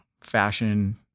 fashion